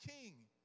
king